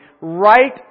right